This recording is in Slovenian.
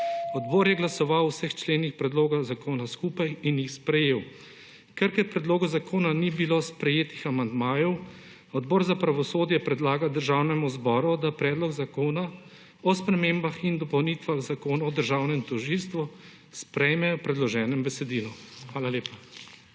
Odbor je glasoval o vseh členih predloga zakona skupaj in jih sprejel. Ker k predlogu zakona ni bilo sprejetih amandmajev, Odbor za pravosodje predlaga Državnemu zboru, da Predlog zakona o spremembah in dopolnitvah Zakona o Državnem tožilstvu sprejme v predloženem besedilu. Hvala lepa.